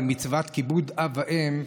למצוות כיבוד אב ואם,